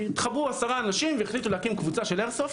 התחברו עשרה אנשים והחליטו להקים קבוצה של איירסופט,